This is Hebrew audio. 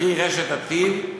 קרי רשת "עתיד",